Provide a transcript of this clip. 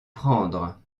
prendre